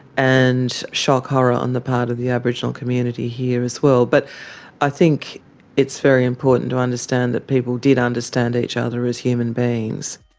and shock horror, on the part of the aboriginal community here as well. but i think it's very important to understand that people did understand each other as human beings.